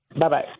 bye-bye